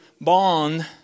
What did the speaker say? bond